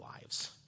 lives